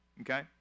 okay